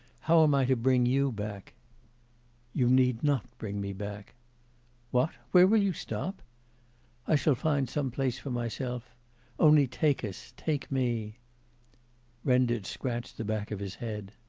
how am i to bring you back you need not bring me back what? where will you stop i shall find some place for myself only take us, take me renditch scratched the back of his head.